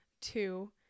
two